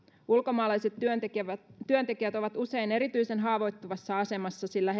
ulkomaalaiset työntekijät työntekijät ovat usein erityisen haavoittuvassa asemassa sillä